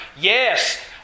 yes